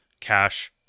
cash